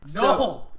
No